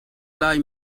lai